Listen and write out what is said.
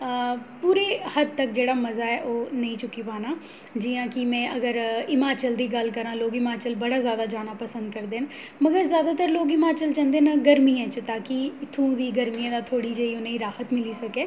अऽ पूरे हद्द तक्क जेह्ड़ा मज़ा ऐ ओह् नेईं चुक्की पाना जि'यां कि में अगर हिमाचल दी गल्ल करां लोग हिमाचल बड़ा ज़्यादा जाना पसंद करदे न मगर ज़्यादातर लोग हिमाचल जंदे न गर्मियें च तां कि इत्थूं दी गर्मियें दा उ'नें गी थोह्ड़ी जेही राह्त मिली सकै